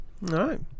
right